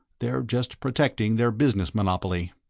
they're just protecting their business monopoly.